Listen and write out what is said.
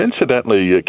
Incidentally